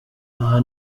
aha